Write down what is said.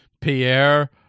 Pierre